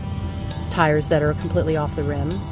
tires that are completely off the rim,